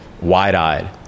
wide-eyed